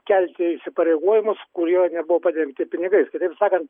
kelti įsipareigojimus kurie nebuvo padengti pinigais kitaip sakant